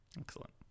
Excellent